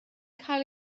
cael